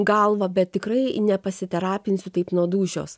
galvą bet tikrai nepasiterapinsiu taip nuo dūšios